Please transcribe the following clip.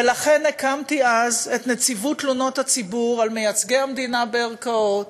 ולכן הקמתי אז את נציבות תלונות הציבור על מייצגי המדינה בערכאות,